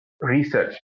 research